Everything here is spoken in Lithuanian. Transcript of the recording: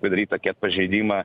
padarytą ket pažeidimą